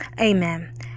amen